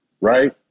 right